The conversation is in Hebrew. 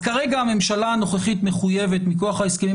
כרגע הממשלה הנוכחית מחויבת מכוח ההסכמים